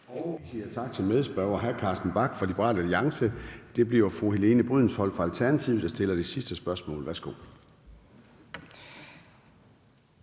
Vi siger tak til medspørger hr. Carsten Bach fra Liberal Alliance. Det bliver fru Helene Brydensholt fra Alternativet, der stiller det sidste spørgsmål. Værsgo.